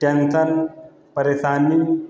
tension परेशानी